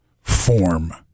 form